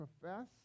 profess